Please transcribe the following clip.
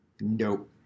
Nope